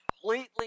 completely